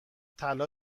طلا